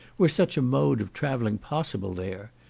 were such a mode of travelling possible there.